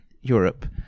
Europe